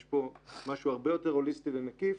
יש פה משהו הרבה יותר הוליסטי ומקיף.